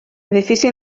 edifici